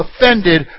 offended